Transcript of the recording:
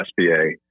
SBA